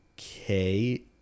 okay